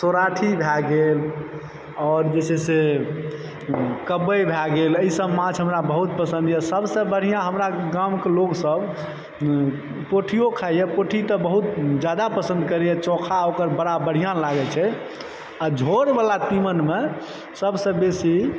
सौराठी भए गेल और जे छै से कब्बइ भए गेल एहि सब माछ हमरा बहुत पसंद यऽ सब सऽ बढ़िऑं हमरा गाम के लोग सब पोठीयो खाय यऽ पोठी तऽ बहुत जादा पसन्द करै यऽ चोखा ओकर बड़ा बढ़िऑं लागै छै आ झोड़ बला तीमनमे सब सऽ बेसी